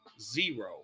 zero